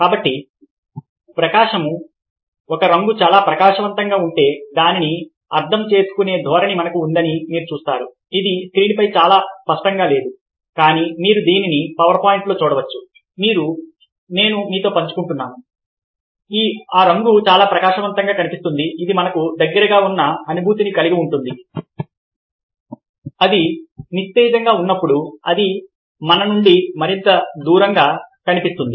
కాబట్టి ప్రకాశం ఒక రంగు చాలా ప్రకాశవంతంగా ఉంటే దానిని అర్థం చేసుకునే ధోరణి మనకు ఉందని మీరు చూస్తారు ఇది స్క్రీన్పై చాలా స్పష్టంగా లేదు కానీ మీరు దీన్ని పవర్ పాయింట్లో చూడవచ్చు నేను మీతో పంచుకుంటాను ఆ రంగు చాలా ప్రకాశవంతంగా కనిపిస్తుంది అది మనకు దగ్గరగా ఉన్న అనుభూతిని కలిగి ఉంటుంది అది నిస్తేజంగా ఉన్నప్పుడు అది మన నుండి మరింత దూరంగా ఉన్నట్లు అనిపిస్తుంది